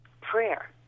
prayer